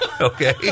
Okay